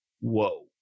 whoa